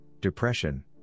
depression